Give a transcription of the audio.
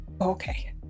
okay